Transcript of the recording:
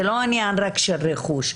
זה לא עניין רק של רכוש.